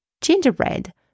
gingerbread